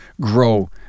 grow